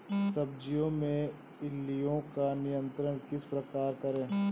सब्जियों में इल्लियो का नियंत्रण किस प्रकार करें?